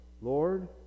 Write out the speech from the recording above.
Lord